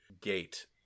gate